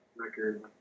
record